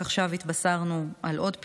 רק עכשיו התבשרנו על עוד פיגוע.